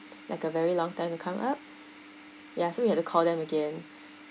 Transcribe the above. like a very long time to come up ya so we had to call them again